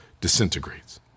disintegrates